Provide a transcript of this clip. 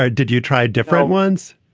ah did you try different ones?